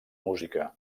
música